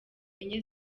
enye